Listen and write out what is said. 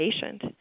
patient